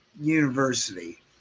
university